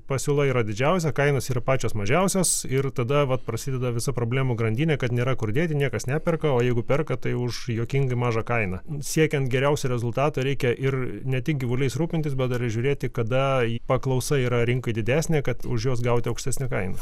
pasiūla yra didžiausia kainos yra pačios mažiausios ir tada vat prasideda visa problemų grandinė kad nėra kur dėti niekas neperka o jeigu perka tai už juokingai mažą kainą siekiant geriausio rezultato reikia ir ne tik gyvuliais rūpintis bet dar ir žiūrėti kada paklausa yra rinkai didesnė kad už juos gauti aukštesnę kainą